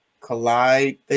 collide